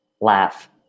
laugh